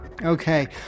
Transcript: Okay